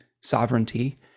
sovereignty